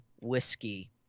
whiskey